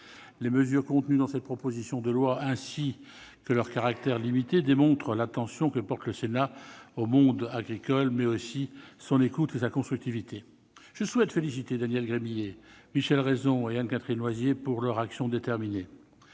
Les mesures contenues dans cette proposition de loi, ainsi que leur caractère limité, démontrent non seulement l'attention que porte le Sénat au monde agricole, mais aussi son écoute et son esprit constructif. Je souhaite féliciter Daniel Gremillet, Michel Raison et Anne-Catherine Loisier pour leur action déterminée.